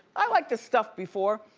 i like the stuff before.